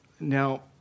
Now